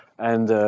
and